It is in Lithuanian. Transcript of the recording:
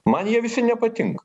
man jie visi nepatinka